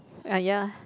ah ya